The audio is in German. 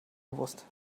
gewusst